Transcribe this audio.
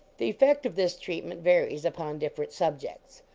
the effect of this treatment varies upon different subjects.